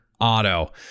Auto